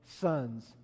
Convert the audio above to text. Sons